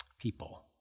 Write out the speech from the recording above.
people